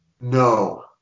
No